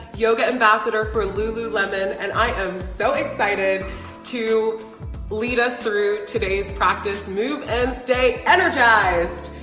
yoga ambassador for lululemon and i am so excited to lead us through today's practice. move and stay energized!